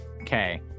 Okay